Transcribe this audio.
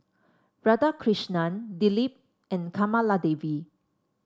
Radhakrishnan Dilip and Kamaladevi